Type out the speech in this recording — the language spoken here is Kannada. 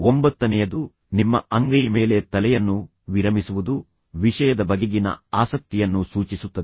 ಒಂಬತ್ತನೇಯದು ನಿಮ್ಮ ಅಂಗೈ ಮೇಲೆ ತಲೆಯನ್ನು ವಿರಮಿಸುವುದು ವಿಷಯದ ಬಗೆಗಿನ ಆಸಕ್ತಿಯನ್ನು ಸೂಚಿಸುತ್ತದೆ